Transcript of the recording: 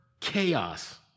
chaos